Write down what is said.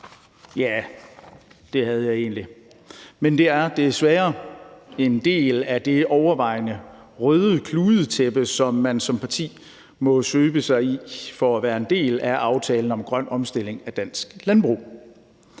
Ja, det havde jeg egentlig. Men det er desværre en del af det overvejende røde kludetæppe, som man som parti må svøbe sig i for at være en del af »Aftale om grøn omstilling af dansk landbrug«.